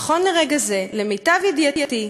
נכון לרגע זה, למיטב ידיעתי,